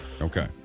Okay